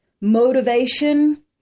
motivation